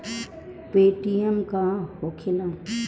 Paytm का होखेला?